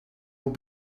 will